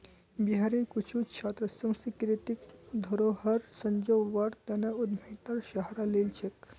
बिहारेर कुछु छात्र सांस्कृतिक धरोहर संजव्वार तने उद्यमितार सहारा लिल छेक